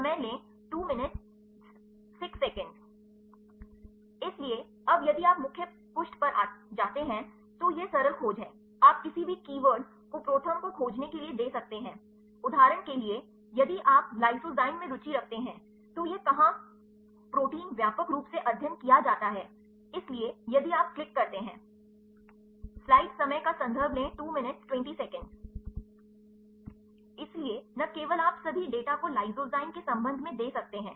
इसलिए अब यदि आप मुख्य पृष्ठ पर जाते हैं तो यह सरल खोज है आप किसी भी कीवर्ड को प्रोथर्म को खोजने के लिए दे सकते हैं उदाहरण के लिए यदि आप लाइसोजाइम में रुचि रखते हैं तो यह कहां प्रोटीनव्यापक रूप से अध्ययन किया जाता है इसलिए यदि आप क्लिक करते हैं इसलिए न केवल आप सभी डेटा को लाइसोजाइम के संबंध में दे सकते हैं